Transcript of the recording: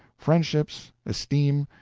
friendships, esteem,